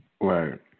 right